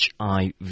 HIV